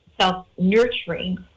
self-nurturing